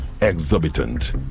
exorbitant